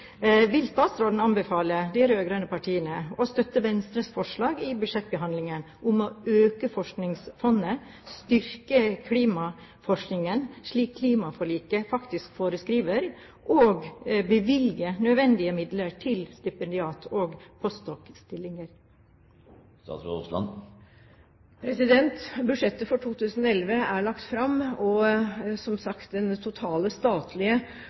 Vil statsråden anbefale de rød-grønne partiene å støtte Venstres forslag i budsjettbehandlingen om å øke forskningsfondet, styrke klimaforskningen, slik klimaforliket faktisk foreskriver, og bevilge nødvendige midler til stipendiater og post doc.-stillinger? Budsjettet for 2011 er lagt fram, og, som sagt, den totale statlige